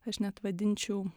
aš net vadinčiau